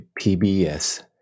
PBS